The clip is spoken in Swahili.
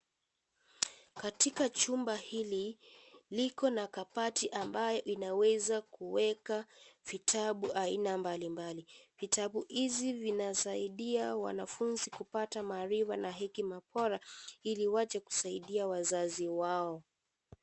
Katika chumba hili liko na kabati ambayo inaweza kuweka vitabu aina mbali mbali, kitabu hizi vinasaidia wanafunzi kupata maarifa na hekima bora ili iwache kusaidia wazazi wao.